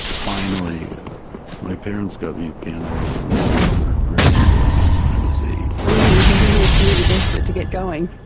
finally my parents got me a piano when and i was in third grade, so i guess i was eight. and you were really desperate to get going.